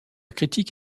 critique